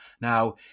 now